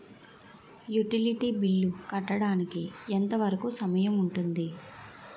Utility bill కట్టడానికి ఎంత వరుకు సమయం ఉంటుంది?